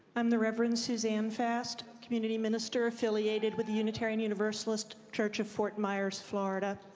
i'm the reverend susan fast, community minister affiliated with the unitarian universalist church of fort myers, florida,